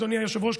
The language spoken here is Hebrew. אדוני היושב-ראש,